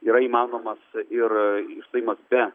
yra įmanomas ir išstojimas be